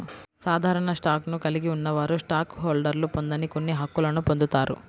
సాధారణ స్టాక్ను కలిగి ఉన్నవారు స్టాక్ హోల్డర్లు పొందని కొన్ని హక్కులను పొందుతారు